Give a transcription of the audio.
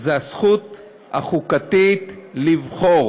הוא הזכות החוקתית לבחור.